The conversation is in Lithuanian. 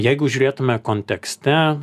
o jeigu žiūrėtume kontekste